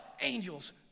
angels